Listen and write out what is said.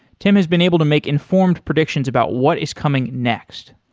tim has been able to make informed predictions about what is coming next.